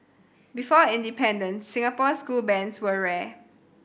before independence Singapore school bands were rare